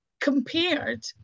compared